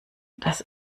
dass